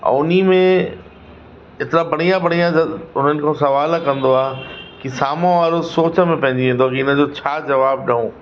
ऐं उन में एतिरा बढ़िया बढ़िया त उन्हनि खां सवाल कंदो आहे की साम्हूं वारो सोच में पइजी वेंदो आहे की इन जो छा जवाबु ॾियूं